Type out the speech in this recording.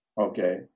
Okay